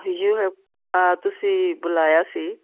you have a ਤੁਸੀਂ ਬੁਲਾਇਆ ਸੀ